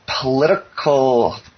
political